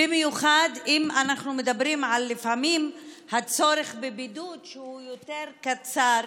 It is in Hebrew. במיוחד אם אנחנו מדברים על כך שלפעמים הצורך בבידוד הוא יותר קצר,